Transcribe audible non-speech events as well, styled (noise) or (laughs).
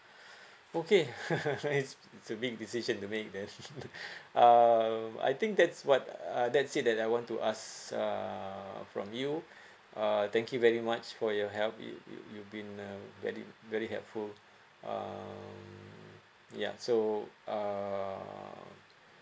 (breath) okay (laughs) it's it's a big decision to make then (laughs) um I think that's what uh that's it that I want to ask uh from you uh thank you very much for your help you you been uh very very helpful um ya so uh